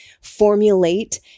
formulate